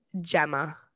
Gemma